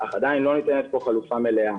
אך עדיין לא ניתנת פה חלופה מלאה.